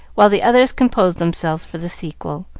while the others composed themselves for the sequel,